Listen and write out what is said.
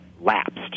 lapsed